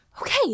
Okay